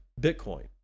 Bitcoin